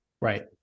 Right